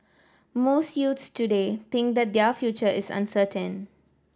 most youths today think that their future is uncertain